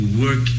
work